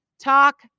talk